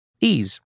Ease